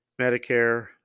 Medicare